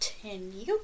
continue